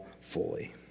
fully